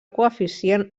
coeficient